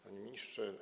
Panie Ministrze!